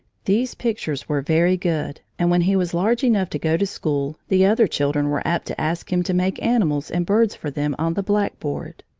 these pictures were very good, and when he was large enough to go to school the other children were apt to ask him to make animals and birds for them on the blackboard.